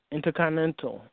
Intercontinental